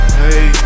hey